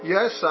Yes